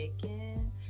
chicken